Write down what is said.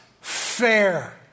fair